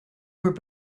were